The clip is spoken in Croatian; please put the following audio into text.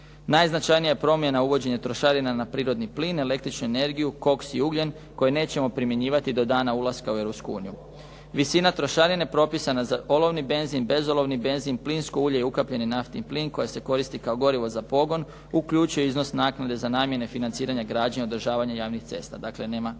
Najznačajnija je promjena uvođenje trošarina na prirodni plin, električnu energiju, koks i ugljen koji nećemo primjenjivati do dana ulaska u Europsku uniju. Visina trošarine propisana za olovni benzin, bezolovni benzin, plinsko ulje i ukapljeni naftni plin koje se koristi kao gorivo za pogon uključuje iznos naknade za namjene financiranja građenja i održavanja javnih cesta,